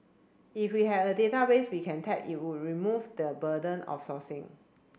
if we have a database we can tap it would remove the burden of sourcing